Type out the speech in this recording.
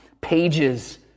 pages